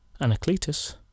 Anacletus